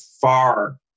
far